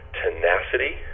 tenacity